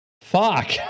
Fuck